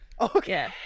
okay